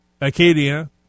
Acadia